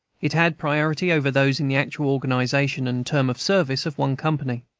it had priority over those in the actual organization and term of service of one company.